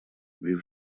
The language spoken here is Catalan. viu